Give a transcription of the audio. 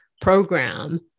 program